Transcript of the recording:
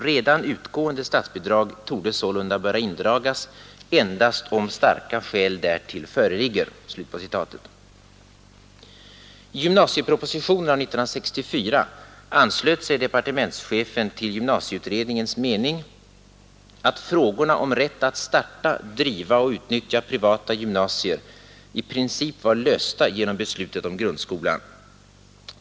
Redan utgående statsbidrag torde sålunda böra indragas endast om starka skäl därtill föreligger.” I gymnasiepropositionen av 1964 anslöt sig departementschefen till gymnasieutredningens mening att frågorna om rätt att starta, driva och utnyttja privata gymnasier i princip var lösta genom beslutet om grundskolan.